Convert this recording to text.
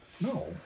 No